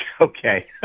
okay